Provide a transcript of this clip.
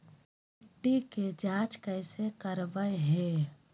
मिट्टी के जांच कैसे करावय है?